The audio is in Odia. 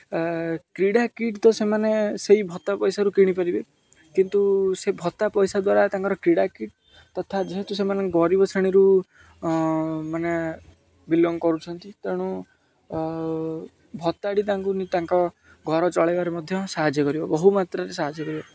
କ୍ରୀଡ଼ା କିଟ୍ ତ ସେମାନେ ସେଇ ଭତ୍ତା ପଇସାରୁ କିଣିପାରିବେ କିନ୍ତୁ ସେ ଭତ୍ତା ପଇସା ଦ୍ୱାରା ତାଙ୍କର କ୍ରୀଡ଼ା କିଟ୍ ତଥା ଯେହେତୁ ସେମାନେ ଗରିବ ଶ୍ରେଣୀରୁ ମାନେ ବିଲଙ୍ଗ୍ କରୁଛନ୍ତି ତେଣୁ ଭତ୍ତାଟି ତାଙ୍କୁ ତାଙ୍କ ଘର ଚଳାଇବାରେ ମଧ୍ୟ ସାହାଯ୍ୟ କରିବ ବହୁ ମାତ୍ରାରେ ସାହାଯ୍ୟ କରିବ